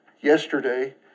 yesterday